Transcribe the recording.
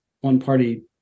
one-party